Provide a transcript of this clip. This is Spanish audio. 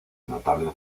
notable